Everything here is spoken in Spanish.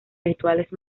rituales